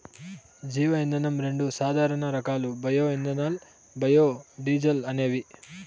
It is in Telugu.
జీవ ఇంధనం రెండు సాధారణ రకాలు బయో ఇథనాల్, బయోడీజల్ అనేవి